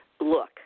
look